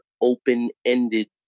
open-ended